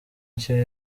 nshya